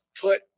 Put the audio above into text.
put